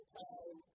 time